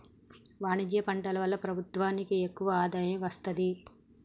వాణిజ్య పంటల వల్ల ప్రభుత్వానికి ఎక్కువ ఆదాయం వస్తది